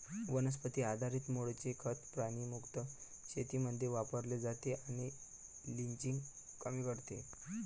वनस्पती आधारित मूळचे खत प्राणी मुक्त शेतीमध्ये वापरले जाते आणि लिचिंग कमी करते